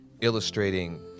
illustrating